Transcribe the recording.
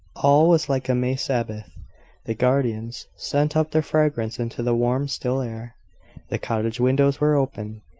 all was like a may sabbath the gardens sent up their fragrance into the warm, still air the cottage windows were open,